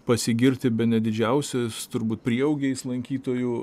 pasigirti bene didžiausiais turbūt prieaugiais lankytojų